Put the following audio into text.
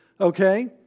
Okay